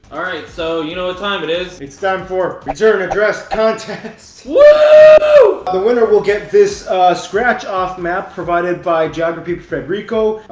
all right, so, you know what ah time it is it's time for return address contest. whoo the winner will get this scratch-off map provided by geography frederico.